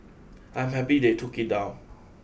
I'm happy they took it down